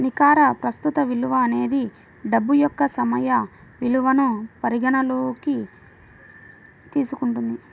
నికర ప్రస్తుత విలువ అనేది డబ్బు యొక్క సమయ విలువను పరిగణనలోకి తీసుకుంటుంది